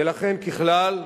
ולכן ככלל,